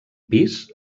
pis